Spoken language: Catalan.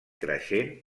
creixent